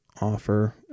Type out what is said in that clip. offer